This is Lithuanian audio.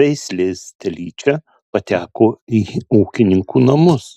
veislės telyčia pateko į ūkininkų namus